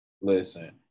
listen